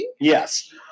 yes